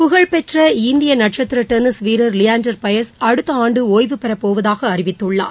புகழ்பெற்றஇந்தியநட்சத்திரடென்னிஸ் வீரர் லியாண்டர் பயஸ் அடுத்தஆண்டுஒய்வுபெறபோவதாகஅறிவித்துள்ளார்